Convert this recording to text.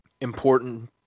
important